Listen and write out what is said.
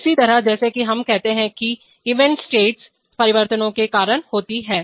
इसी तरह जैसा कि हम कहते हैं कि इवेंट्स स्टेट परिवर्तनों के कारण होती हैं